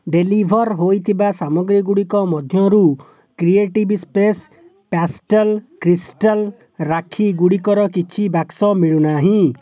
deliver ହୋଇଥିବା ସାମଗ୍ରୀ ଗୁଡ଼ିକ ମଧ୍ୟରୁ creative space pastel crystal rakhi ଗୁଡ଼ିକର କିଛି ବାକ୍ସ ମିଳୁନାହିଁ